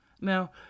Now